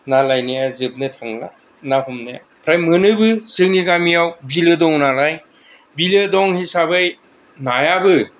मा लायनाया जोबनो थांला ना हमनाया फ्राय मोनोबो जोंनि गामियाव बिलो दङ नालाय बिलो दं हिसाबै नायाबो